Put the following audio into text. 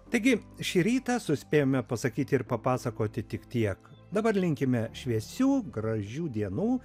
taigi šį rytą suspėjome pasakyti ir papasakoti tik tiek dabar linkime šviesių gražių dienų